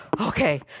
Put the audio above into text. okay